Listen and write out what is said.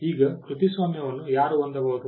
ಈಗ ಕೃತಿಸ್ವಾಮ್ಯವನ್ನು ಯಾರು ಹೊಂದಬಹುದು